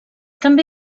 també